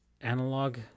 analog